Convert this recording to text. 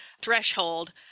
threshold